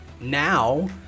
now